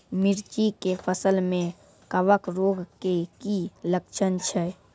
मिर्ची के फसल मे कवक रोग के की लक्छण छै?